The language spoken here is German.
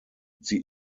sie